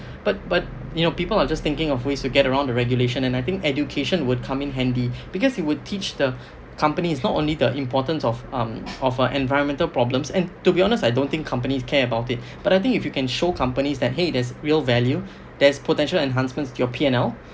but but you know people are just thinking of ways to get around the regulation and I think education would come in handy because it would teach the company is not only the importance of um of uh environmental problems and to be honest I don't think companies care about it but I think if you can show companies that !hey! there's real value there's potential enhancements to your P_M_O